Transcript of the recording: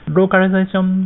localization